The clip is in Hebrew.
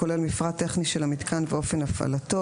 הכולל מפרט טכני של המיתקן ואופן הפעלתו.